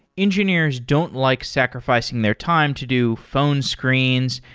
engineers don't like sacrificing their time to do phone screens,